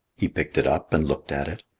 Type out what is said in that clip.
he picked it up and looked at it,